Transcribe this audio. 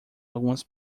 algumas